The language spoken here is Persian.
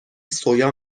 سویا